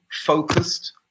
focused